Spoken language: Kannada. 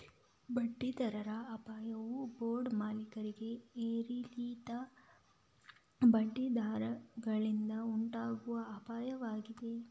ಬಡ್ಡಿ ದರದ ಅಪಾಯವು ಬಾಂಡ್ ಮಾಲೀಕರಿಗೆ ಏರಿಳಿತದ ಬಡ್ಡಿ ದರಗಳಿಂದ ಉಂಟಾಗುವ ಅಪಾಯವಾಗಿದೆ